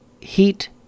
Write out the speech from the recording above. Heat